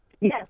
Yes